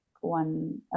one